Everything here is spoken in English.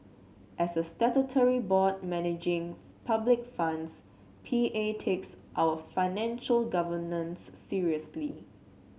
as a statutory board managing public funds P A takes our financial governance seriously